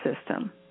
system